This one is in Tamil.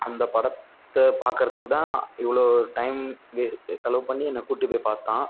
அந்த படத்தை பார்க்குறதுக்கு தான் இவ்வளோ டைம் வேஸ் செலவு பண்ணி என்னை கூட்டிப்போய் பார்த்தான்